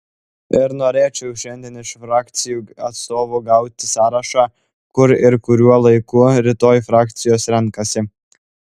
ir norėčiau šiandien iš frakcijų atstovų gauti sąrašą kur ir kuriuo laiku rytoj frakcijos renkasi